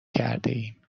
کردهایم